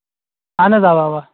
اَہن حظ اَوا اَوا